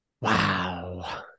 wow